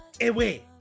away